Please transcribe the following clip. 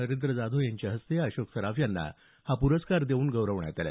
नरेंद्र जाधव यांच्या हस्ते अशोक सराफ यांना हा पुरस्कार देऊन गौरवण्यात आलं